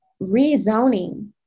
rezoning